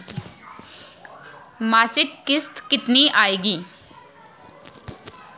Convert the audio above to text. मासिक किश्त कितनी आएगी?